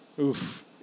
oof